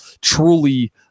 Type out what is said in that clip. truly